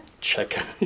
Check